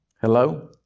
Hello